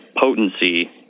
potency